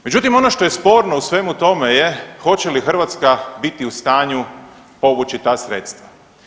Međutim ono što je sporno u svemu tome je hoće li Hrvatska biti u stanju povući ta sredstva.